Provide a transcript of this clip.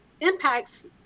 impacts